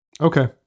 Okay